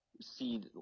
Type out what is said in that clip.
see